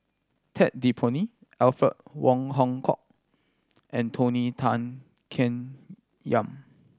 Ted De Ponti Alfred Wong Hong Kwok and Tony Tan Keng Yam